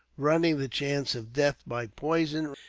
running the chance of death by poison,